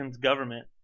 government